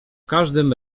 każdym